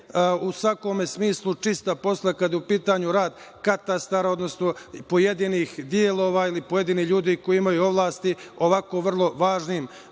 u svakom smislu čista posla kada je u pitanju rad katastara, odnosno pojedinih delova ili pojedinih ljudi koji imaju ovlasti, ovako vrlo važnim